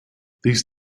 these